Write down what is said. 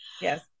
yes